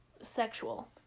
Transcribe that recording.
sexual